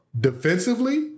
defensively